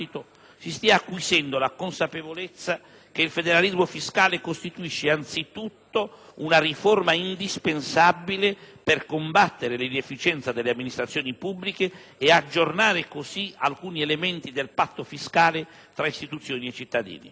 si stia acquisendo la consapevolezza che il federalismo fiscale costituisce anzitutto una riforma indispensabile per combattere l'inefficienza delle amministrazioni pubbliche e aggiornare, così, alcuni elementi del «patto fiscale» tra istituzioni e cittadini.